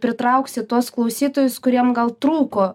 pritrauksit tuos klausytojus kuriem gal trūko